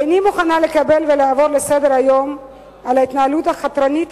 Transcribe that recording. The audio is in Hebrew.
איני מוכנה לקבל ולעבור לסדר-היום על ההתנהלות החתרנית,